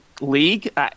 league